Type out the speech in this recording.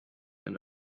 and